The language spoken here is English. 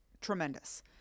tremendous